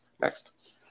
Next